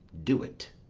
do it,